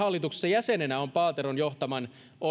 jäsenenä on paateron johtaman